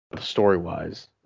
story-wise